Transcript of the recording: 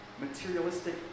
materialistic